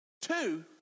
Two